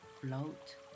float